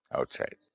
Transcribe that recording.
Outside